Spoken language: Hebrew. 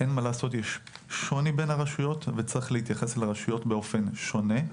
יש שוני בין הרשויות וצריך להתייחס אליהן באופן שונה.